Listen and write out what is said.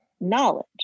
knowledge